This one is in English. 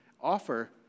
offer